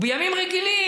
ובימים רגילים,